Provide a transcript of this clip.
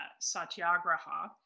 Satyagraha